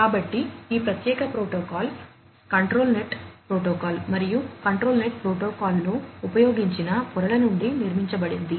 కాబట్టి ఈ ప్రత్యేక ప్రోటోకాల్ కంట్రోల్ నెట్ ప్రోటోకాల్ మరియు కంట్రోల్ నెట్ ప్రోటోకాల్లో ఉపయోగించిన పొరల నుండి నిర్మించబడింది